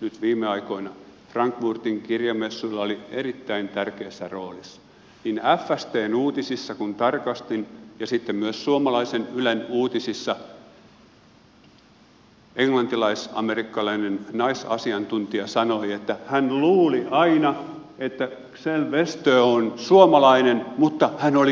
nyt viime aikoina frankfurtin kirjamessuilla oli erittäin tärkeässä roolissa fstn uutisissa kun tarkastin ja sitten myös suomalaisen ylen uutisissa englantilais amerikkalainen naisasiantuntija sanoi että hän luuli aina että kjell westö on suomalainen mutta tämä olikin ruotsalainen